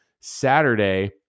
Saturday